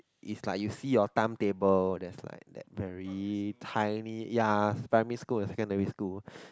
if like you see oh timetable there's like that very tiny ya primary school and secondary school